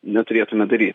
neturėtume daryt